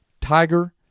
Tiger